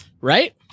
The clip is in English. Right